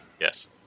Yes